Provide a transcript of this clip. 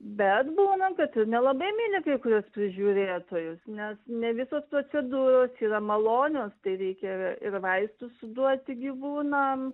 bet būna kad ir nelabai myli kai kuriuos prižiūrėtojus nes ne visos procedūros yra malonios tai reikia ir vaistus suduoti gyvūnam